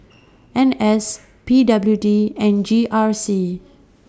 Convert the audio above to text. N S P W D and G R C